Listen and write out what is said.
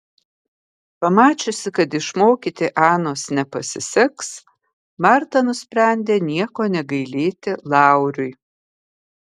pamačiusi kad išmokyti anos nepasiseks marta nusprendė nieko negailėti lauriui